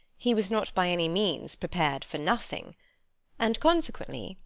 he was not by any means prepared for nothing and, consequently,